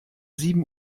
sieben